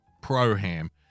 Pro-ham